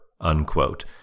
unquote